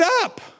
up